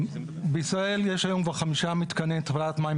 בישראל יש היום כבר חמישה מתקני התפלת מים.